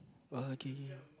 oh okay okay